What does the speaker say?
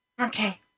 Okay